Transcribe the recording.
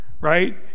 right